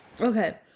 okay